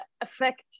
affect